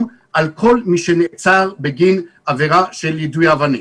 על כל מי שנעצר בגין עבירה של יידוי אבנים.